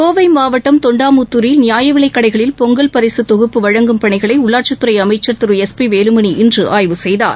கோவை மாவட்டம் தொண்டாமுத்தூரில் நியாயவிலைக்கடைகளில் பொங்கல் பரிசு தொகுப்பு வழங்கும் பணிகளை உள்ளாட்சித்துறை அமைச்சர் திரு எஸ் பி வேலுமணி இன்று ஆய்வு செய்தார்